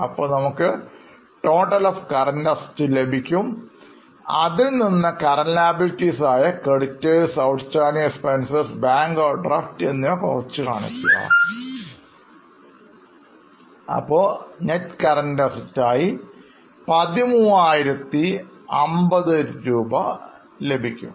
അപ്പോൾ നമുക്ക് Total of current assets ലഭിക്കും അതിൽനിന്ന് Current liabilities ആയ creditors outstanding expense bank overdraft കുറച്ച് കാണിക്കും അപ്പോൾ Net current asset ആയി 13050 ലഭിക്കും